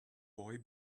boy